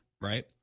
right